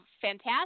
fantastic